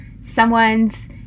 someone's